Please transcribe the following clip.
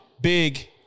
big